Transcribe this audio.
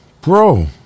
bro